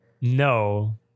No